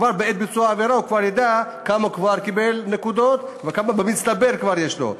כבר בעת ביצוע העבירה הוא ידע כמה נקודות קיבל וכמה במצטבר כבר יש לו,